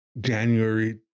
January